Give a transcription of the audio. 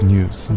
News